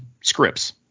scripts